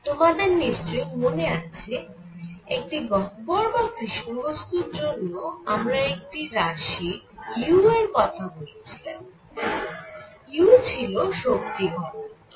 তোমাদের নিশ্চয়ই মনে আছে একটি গহ্বর বা কৃষ্ণ বস্তুর জন্য আমরা একটি রাশি u এর কথা বলেছিলাম u ছিল শক্তি ঘনত্ব